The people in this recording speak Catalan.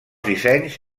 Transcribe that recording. dissenys